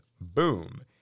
boom